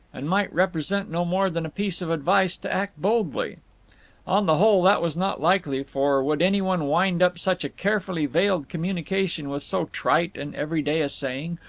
and might represent no more than a piece of advice to act boldly on the whole that was not likely, for would anyone wind up such a carefully veiled communication with so trite and everyday a saying,